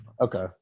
okay